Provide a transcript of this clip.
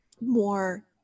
more